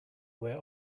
where